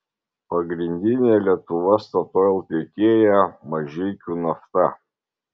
pagrindinė lietuva statoil tiekėja mažeikių nafta